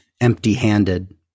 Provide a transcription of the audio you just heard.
empty-handed